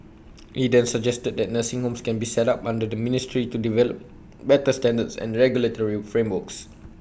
he then suggested that nursing homes can be set up under the ministry to develop better standards and regulatory frameworks